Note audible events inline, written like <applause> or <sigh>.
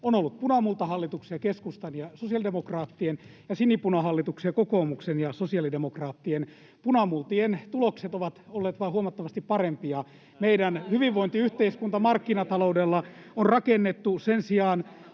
On ollut punamultahallituksia, keskustan ja sosiaalidemokraattien, sekä sinipunahallituksia, kokoomuksen ja sosiaalidemokraattien. Punamultien tulokset ovat olleet vain huomattavasti parempia. <noise> Meidän hyvinvointiyhteiskuntamme on markkinataloudella rakennettu. Sen sijaan